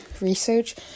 research